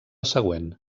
següent